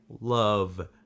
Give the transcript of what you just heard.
love